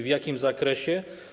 W jakim zakresie?